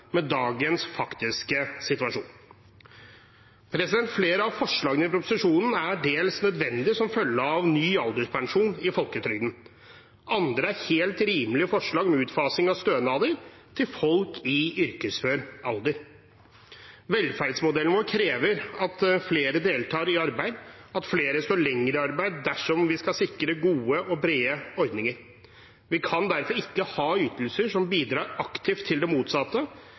dagens faktiske situasjon. Flere av forslagene i proposisjonen er dels nødvendige som følge av ny alderspensjon i folketrygden. Andre er helt rimelige forslag om utfasing av stønader til folk i yrkesfør alder. Velferdsmodellen vår krever at flere deltar i arbeid, og at flere står lenger i arbeid, dersom vi skal sikre gode og brede ordninger. Vi kan derfor ikke ha ytelser som bidrar aktivt til det motsatte,